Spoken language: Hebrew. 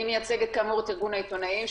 אני מייצגת את ארגון העיתונאים,